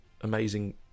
amazing